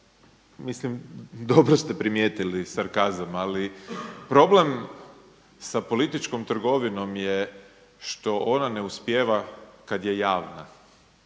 mislim, dobro ste primijetili sarkazam ali problem sa političkom trgovinom je što ona ne uspijeva kada je javna.